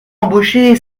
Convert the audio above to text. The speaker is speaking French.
embaucher